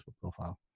profile